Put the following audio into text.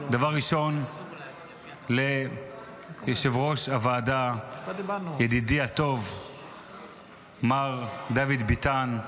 דבר ראשון ליושב-ראש הוועדה ידידי הטוב מר דוד ביטן,